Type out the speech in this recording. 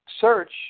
search